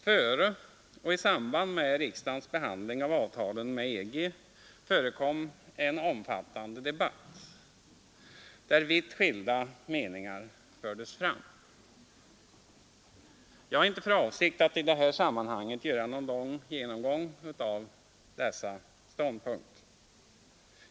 Före och i samband med riksdagens behandling av avtalen med EG förekom en omfattande debatt, där vitt skilda meningar fördes fram. Jag har inte för avsikt att i det här sammanhanget göra någon lång genomgång av dessa ståndpunkter.